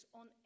on